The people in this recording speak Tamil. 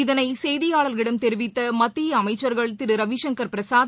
இதனைசெய்தியாளர்களிடம் தெரிவித்தமத்தியஅமைச்சர்கள் திருரவிசங்கர் பிரசாத்